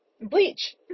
bleach